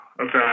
okay